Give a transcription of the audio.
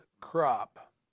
crop